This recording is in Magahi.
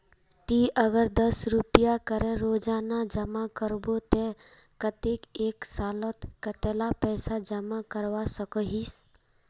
ती अगर दस रुपया करे रोजाना जमा करबो ते कतेक एक सालोत कतेला पैसा जमा करवा सकोहिस?